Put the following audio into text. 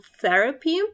therapy